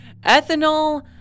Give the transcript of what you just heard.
ethanol